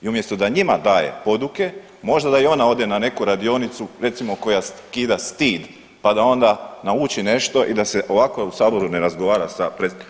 I umjesto da njima daje poduke, možda da i ona ode na neku radionicu, recimo koja skida stid pa da onda nauči nešto i da se ovako u Saboru ne razgovara sa predsjednikom.